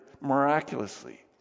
miraculously